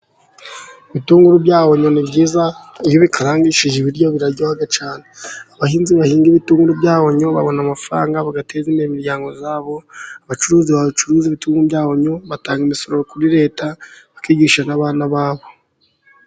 Ibitunguru bya onyo ni byiza iyo bikarangishije ibiryo, abahinzi bahinga ibitunguru bya onyo babona amafaranga bagateza imiryango yabo imbere, abacuruzi bacuruza ibitunguru batanga imisoro kuri leta, bakigisha abana babo.